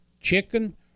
chicken